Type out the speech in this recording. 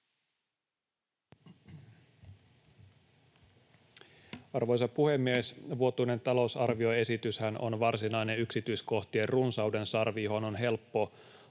Arvoisa puhemies! Vuotuinen talousarvioesityshän on varsinainen yksityiskohtien runsaudensarvi, johon on helppo